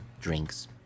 drinks